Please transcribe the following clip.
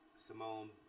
Simone